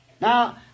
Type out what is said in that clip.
Now